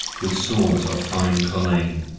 with swords of fine collayne